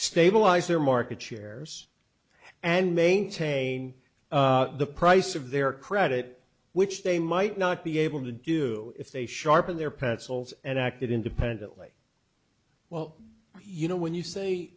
stabilize their market shares and maintain the price of their credit which they might not be able to do if they sharpen their parents holes and acted independently well you know when you say